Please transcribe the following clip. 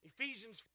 Ephesians